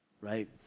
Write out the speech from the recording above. right